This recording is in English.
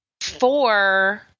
four